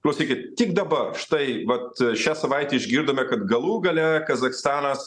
klausykit tik dabar štai vat šią savaitę išgirdome kad galų gale kazachstanas